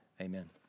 Amen